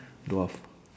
dwarf